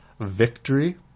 victory